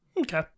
Okay